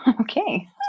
okay